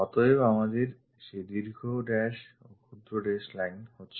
অতএব আমাদের সেই দীর্ঘ dash ক্ষুদ্র dash line আছে